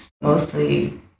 mostly